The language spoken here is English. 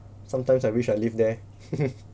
sometimes I wish I live there